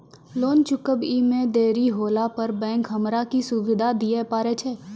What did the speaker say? Loan चुकब इ मे देरी होला पर बैंक हमरा की सुविधा दिये पारे छै?